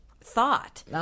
thought